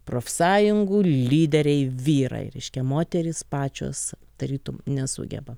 profsąjungų lyderiai vyrai reiškia moterys pačios tarytum nesugeba